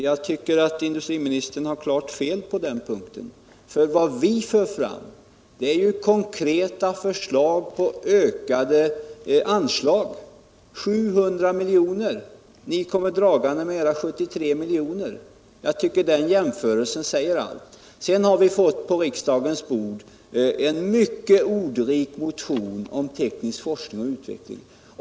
Jag tycker att industriministern har klart fel på den punkten. Vad vi för fram är konkreta förslag om ökade anslag — 700 milj.kr. — medan ni bara kommer dragande med era 73 milj.kr.! Jag tycker att den jämförelsen säger allt. På riksdagens bord har vi fått en mycket ordrik proposition om teknisk forskning och utveckling.